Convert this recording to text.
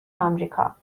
آمریکا